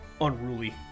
unruly